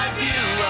view